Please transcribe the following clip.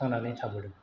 थांनानै थाबोदों